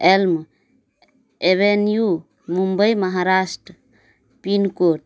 Elm avenue Mumbai Maharashtra pincode